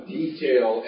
detail